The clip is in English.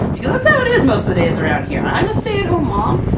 because that's how it is most of the days around here. i'm a stay at home mom,